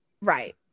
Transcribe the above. Right